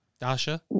Dasha